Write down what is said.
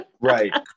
Right